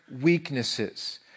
weaknesses